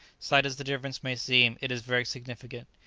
slight as the difference may seem, it is very significant.